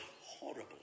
horrible